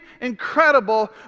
incredible